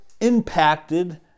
impacted